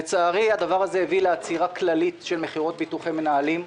לצערי הרב זה הביא לעצירה כללית של מכירות ביטוחי מנהלים.